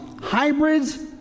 hybrids